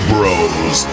Bros